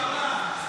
מר עולם,